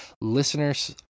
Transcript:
listeners